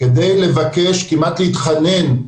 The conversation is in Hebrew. כדי לבקש, כמעט להתחנן,